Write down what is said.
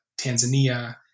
Tanzania